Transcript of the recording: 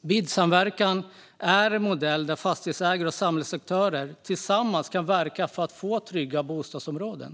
BID-samverkan är en modell där fastighetsägare och samhällsaktörer tillsammans kan verka för att få trygga bostadsområden.